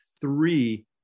three